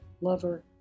lover